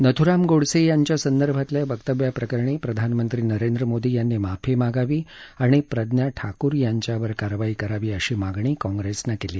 नथ्राम गोडसे यांच्या संदर्भातल्या वक्तव्याप्रकरणी प्रधानमंत्री नरेंद्र मोदी यांनी माफी मागावी आणि प्रज्ञा ठाकूर यांच्यावर कारवाई करावी अशी मागणी काँग्रेसनं केली आहे